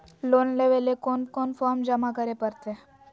Loan लेवे ले कोन कोन फॉर्म जमा करे परते?